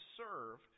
serve